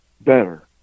better